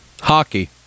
Hockey